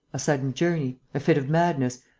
a sudden journey. a fit of madness.